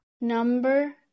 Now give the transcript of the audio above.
Number